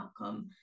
outcome